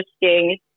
interesting